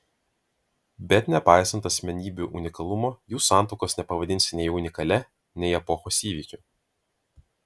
bet nepaisant asmenybių unikalumo jų santuokos nepavadinsi nei unikalia nei epochos įvykiu